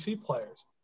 players